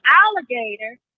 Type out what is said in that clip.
alligator